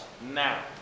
now